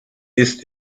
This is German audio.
ist